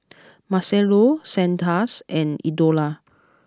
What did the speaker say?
Marcello Sanders and Eldora